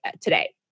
today